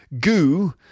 Goo